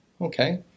Okay